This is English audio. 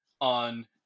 on